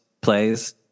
plays